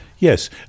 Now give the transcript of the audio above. Yes